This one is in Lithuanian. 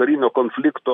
karinio konflikto